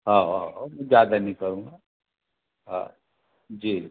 हाऊ हाऊ मैं ज़्यादा नहीं करूंगा हाऊ जी